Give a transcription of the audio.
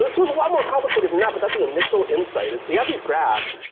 the tool is a lot more complicated than that, but that's the initial insight. we have these graphs,